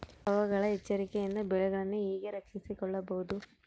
ಪ್ರವಾಹಗಳ ಎಚ್ಚರಿಕೆಯಿಂದ ಬೆಳೆಗಳನ್ನು ಹೇಗೆ ರಕ್ಷಿಸಿಕೊಳ್ಳಬಹುದು?